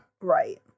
Right